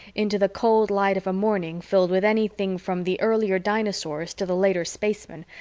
into the cold light of a morning filled with anything from the earlier dinosaurs to the later spacemen,